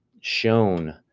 shown